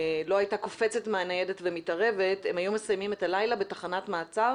לא הייתה קופצת מהניידת ומתערבת הם היו מסיימים את הלילה בתחנת מעצר,